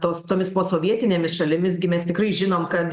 tos tomis posovietinėmis šalimis gi mes tikrai žinom kad